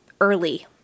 early